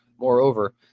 Moreover